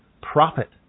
profit